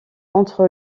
entre